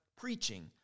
preaching